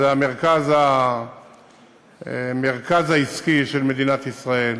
זה המרכז העסקי של מדינת ישראל,